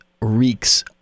reeks